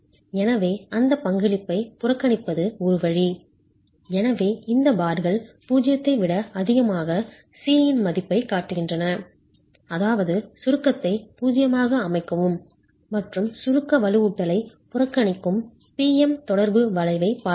எனவே அந்த பங்களிப்பை புறக்கணிப்பது ஒரு வழி எனவே இந்த பார்கள் 0 ஐ விட அதிகமாக C இன் மதிப்பைக் காட்டுகின்றன அதாவது சுருக்கத்தை 0 ஆக அமைக்கவும் மற்றும் சுருக்க வலுவூட்டலைப் புறக்கணிக்கும் P M தொடர்பு வளைவைப் பார்க்கவும்